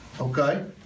Okay